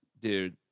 dude